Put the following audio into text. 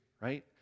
right